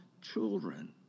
children